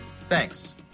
thanks